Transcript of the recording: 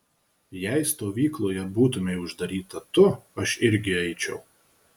jei stovykloje būtumei uždaryta tu aš irgi eičiau